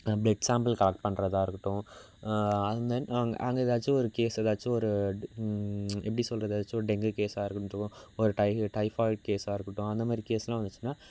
blood sample collect பண்ணுறதா இருக்கட்டும் and then அங்கே ஏதாச்சும் ஒரு கேஸ் ஏதாச்சும் ஒரு எப்படி சொல்கிறது எதாச்சும் ஒரு டெங்கு கேஸாக இருக்கட்டும் ஒரு டைபாய்டு கேஸாக இருக்கட்டும் அந்த மாதிரி கேஸ்லாம் வந்துச்சுன்னா